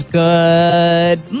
good